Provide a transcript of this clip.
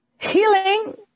Healing